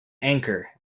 anchor